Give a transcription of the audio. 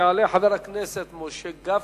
יעלה חבר הכנסת משה גפני,